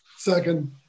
Second